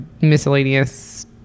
miscellaneous